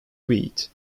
wheat